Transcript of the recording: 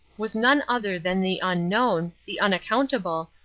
was none other than the unknown, the unaccountable,